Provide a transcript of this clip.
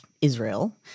israel